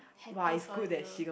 happy for you